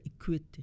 equity